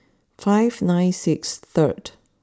five nine six third